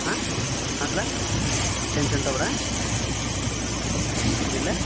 ಹಾಂ ಆಯ್ತಾ ಟೆನ್ಶನ್ ತಗೋಬೇಡ ಹ್ಞೂ ಇಡಲಾ